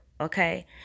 Okay